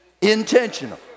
Intentional